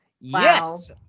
Yes